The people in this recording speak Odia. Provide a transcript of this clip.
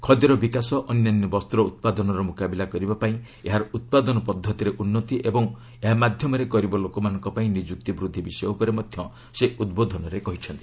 ଖଦିର ବିକାଶ ଅନ୍ୟାନ୍ୟ ବସ୍ତ୍ର ଉତ୍ପାଦନର ମୁକାବିଲା କରିବା ପାଇଁ ଏହାର ଉତ୍ପାଦନ ପଦ୍ଧତିରେ ଉନ୍ନତି ଓ ଏହା ମାଧ୍ୟମରେ ଗରିବ ଲୋକମାନଙ୍କ ପାଇଁ ନିଯୁକ୍ତି ବୃଦ୍ଧି ବିଷୟ ଉପରେ ମଧ୍ୟ ସେ ଉଦ୍ବୋଧନ ଦେଇଛନ୍ତି